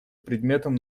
предметом